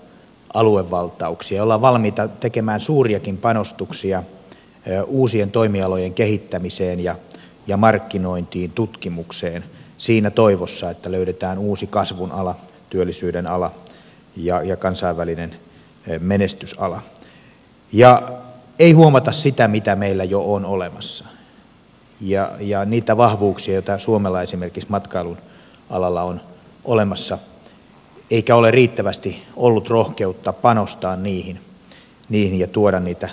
ollaan valmiita tekemään suuriakin panostuksia uusien toimialojen kehittämiseen markkinointiin ja tutkimukseen siinä toivossa että löydetään uusi kasvuala työllisyysala ja kansainvälinen menestysala eikä huomata sitä mitä meillä jo on olemassa ja niitä vahvuuksia joita suomella esimerkiksi matkailun alalla on olemassa eikä ole riittävästi ollut rohkeutta panostaa niihin ja tuoda niitä reilusti esille